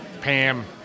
Pam